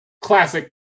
Classic